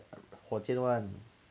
the 火箭 [one]